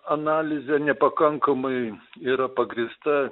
analizė nepakankamai yra pagrįsta